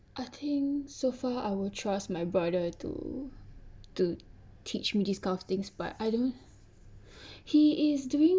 I think so far I'll trust my brother to to teach me this kind of things but I don't he is doing